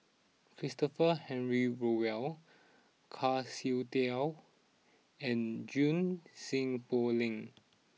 Christopher Henry Rothwell Kwa Siew Tee and Junie Sng Poh Leng